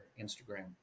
Instagram